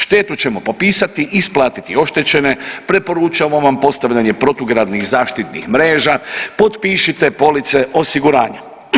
Štetu ćemo popisati i isplatiti oštećene, preporučamo vam postavljanje protugradnih zaštitnih mreža, potpišite police osiguranja.